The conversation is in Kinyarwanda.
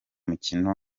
mikino